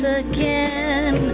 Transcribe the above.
again